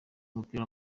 w’umupira